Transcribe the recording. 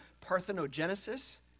parthenogenesis